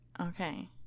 Okay